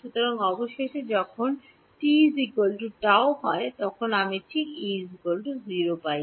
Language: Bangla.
সুতরাং অবশেষে যখন t τ আমি ঠিক E পাই